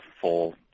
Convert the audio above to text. full